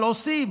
אבל עושים,